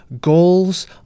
goals